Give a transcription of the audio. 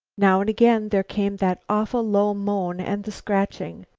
now and again there came that awful, low moan and the scratching.